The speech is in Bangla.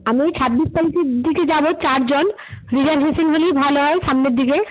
আমি এই ছাব্বিশ তারিখের দিকে যাব চারজন রিজারভেশন হলেই ভালো হয় সামনের দিকে